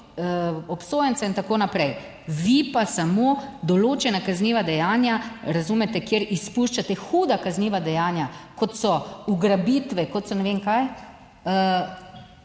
obsojencev in tako naprej. Vi pa samo določena kazniva dejanja, razumete, kjer izpuščate huda kazniva dejanja, kot so ugrabitve, kot so ne vem kaj,